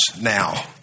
now